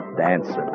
dancing